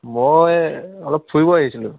মই অলপ ফুৰিব আহিছিলোঁ